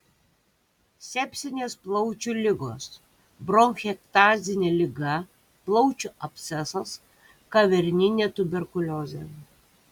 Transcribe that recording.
sepsinės plaučių ligos bronchektazinė liga plaučių abscesas kaverninė tuberkuliozė